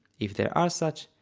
if there are such,